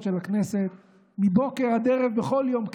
של הכנסת מבוקר עד ערב בכל יום כנסת.